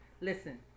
Listen